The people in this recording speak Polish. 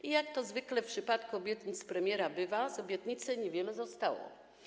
I jak to zwykle w przypadku obietnic premiera bywa, z obietnicy niewiele zostało.